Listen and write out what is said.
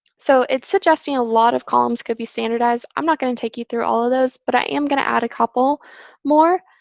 so it's suggesting a lot of columns could be standardized. i'm not going to take you through all of those. but i am going to add a couple more.